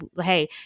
hey